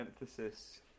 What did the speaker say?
emphasis